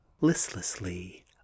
listlessly